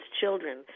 children